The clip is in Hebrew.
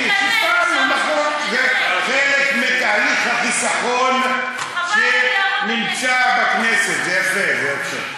זה חלק מתהליך החיסכון שקיים בכנסת, זה יפה.